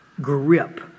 grip